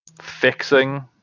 fixing